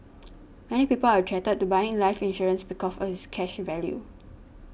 many people are attracted to buying life insurance because of its cash value